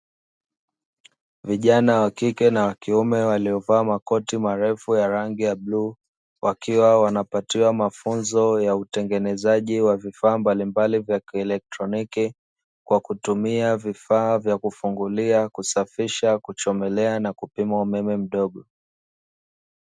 Vijana wa kike na wa kiume waliovaa makoti marefu ya rangi ya bluu wakiwa wanapatiwa mafunzo ya utengenezaji wa vifaa mbalimbali vya kielektroniki kwa kutumia vifaa vya kufungulia kusafisha, kuchomelea na kupima umeme mdogo.